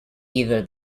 either